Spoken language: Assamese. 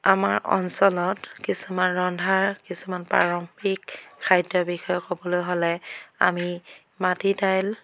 আমাৰ অঞ্চলত কিছুমান ৰন্ধাৰ কিছুমান প্ৰাৰম্ভিক খাদ্যৰ বিষয়ে ক'বলৈ হ'লে আমি মাটি দাইল